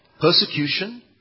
persecution